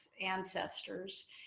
ancestors